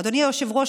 אדוני היושב-ראש,